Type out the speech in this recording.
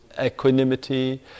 equanimity